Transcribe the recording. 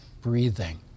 breathing